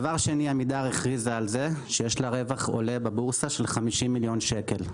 דבר שני עמידר הכריזה על כך שיש לה רווח עולה בבורסה של 50 מיליון שקל.